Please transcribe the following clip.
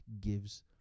gives